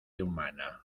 humana